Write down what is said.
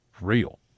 real